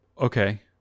okay